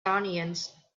onions